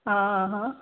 हा हा हा